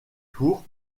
tour